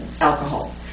alcohol